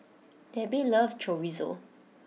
Debbie loves Chorizo